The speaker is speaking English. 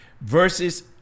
verses